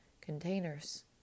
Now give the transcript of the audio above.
containers